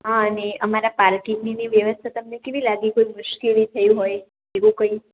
હા અને અમારા પાર્કિંગની બી વ્યવસ્થા તમને કેવી લાગી કોઈ મુશ્કેલી થઇ હોય એવું કઈ